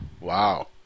Wow